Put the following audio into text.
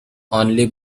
only